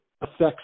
affects